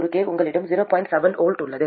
7 V உள்ளது